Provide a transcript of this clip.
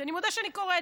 אני מודה שאני קוראת,